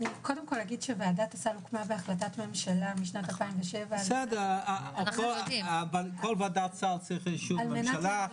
ועדת הסל הוקמה בהחלטת ממשלה משנת 2007. כל ועדת סל צריכה אישור ממשלה.